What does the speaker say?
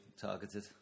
targeted